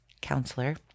counselor